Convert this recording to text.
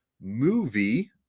movie